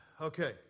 Okay